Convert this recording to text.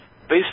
Based